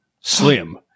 Slim